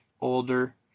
older